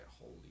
holy